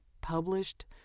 published